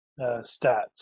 stats